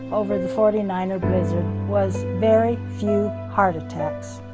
over the forty nine er blizzard, was very few heart attacks.